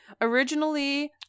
Originally